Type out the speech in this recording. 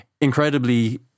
incredibly